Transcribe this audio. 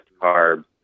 carbs